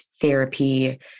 therapy